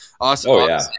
awesome